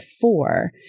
four